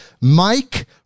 Mike